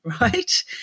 right